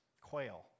Quail